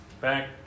back